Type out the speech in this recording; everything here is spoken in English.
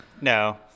No